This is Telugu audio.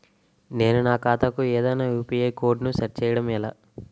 నేను నా ఖాతా కు ఏదైనా యు.పి.ఐ కోడ్ ను సెట్ చేయడం ఎలా?